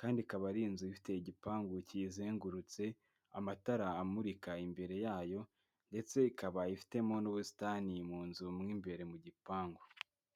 kandi ikaba ari inzu ifite igipangu kiyizengurutse, amatara amurika imbere yayo ndetse ikaba ifitemo n'ubusitani mu nzu mo imbere mu gipangu